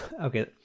okay